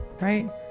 right